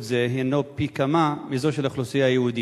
זה הוא פי-כמה מזה של האוכלוסייה היהודית.